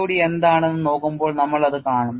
CTOD എന്താണെന്ന് നോക്കുമ്പോൾ നമ്മൾ അത് കാണും